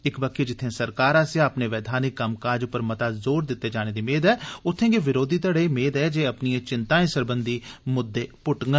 इक बक्खी जित्थें सरकार आस्सेआ अपने वैघानिक कम्मकाज पर मता जोर दित्ते जाने दी मेद ऐ उत्थें गै विरोधी घड़ें मेद ऐ जे अपनिएं चिंताएं सरबंधी मुद्दे पुट्टंडन